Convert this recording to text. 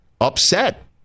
upset